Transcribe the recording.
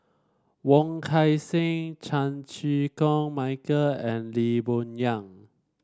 Wong Kan Seng Chan Chew Koon Michael and Lee Boon Yang